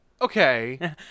okay